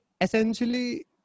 essentially